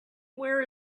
wear